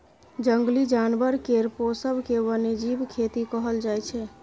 जंगली जानबर केर पोसब केँ बन्यजीब खेती कहल जाइ छै